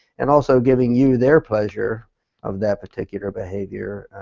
and also, giving you their pleasure of that particular behavior.